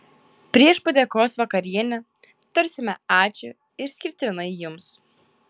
prieš padėkos vakarienę tarsime ačiū išskirtinai jums